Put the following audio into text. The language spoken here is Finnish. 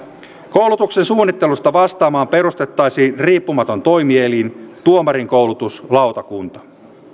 koulutuksen suunnittelusta vastaamaan perustettaisiin riippumaton toimielin tuomarinkoulutuslautakunta